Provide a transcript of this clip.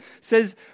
says